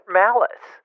malice